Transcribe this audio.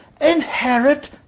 inherit